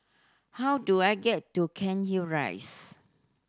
how do I get to Cairnhill Rise